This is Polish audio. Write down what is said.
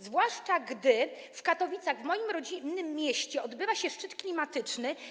Zwłaszcza gdy w Katowicach, moim rodzinnym mieście, odbywa się szczyt klimatyczny.